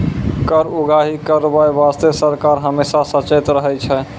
कर उगाही करबाय बासतें सरकार हमेसा सचेत रहै छै